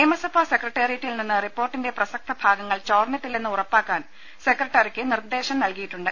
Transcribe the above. നിയമസഭാ സെക്രട്ടേറിയറ്റിൽ നിന്ന് റിപ്പോർട്ടിന്റെ പ്രസക്ത ഭാഗങ്ങൾ ചോർന്നിട്ടില്ലെന്ന് ഉറപ്പാക്കാൻ സെക്രട്ടറിക്ക് നിർദ്ദേശം നൽകിയി ട്ടുണ്ട്